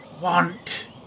want